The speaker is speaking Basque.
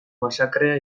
masakrea